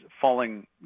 falling